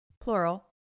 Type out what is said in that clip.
plural